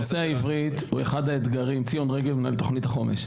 אני מנהל תוכנית החומש.